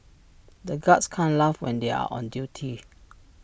the guards can't laugh when they are on duty